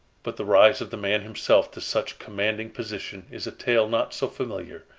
but the rise of the man himself to such commanding position is a tale not so familiar,